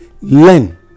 learn